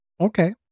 Okay